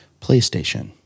PlayStation